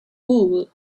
wool